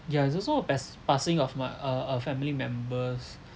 yeah it's also a pas~ passing of my uh uh family members